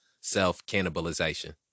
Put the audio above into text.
self-cannibalization